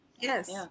Yes